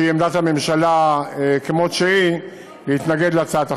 שהיא עמדת הממשלה כמות שהיא, להתנגד להצעת החוק.